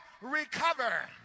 recover